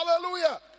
Hallelujah